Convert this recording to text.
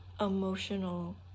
emotional